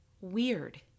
weird